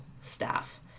staff